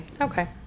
Okay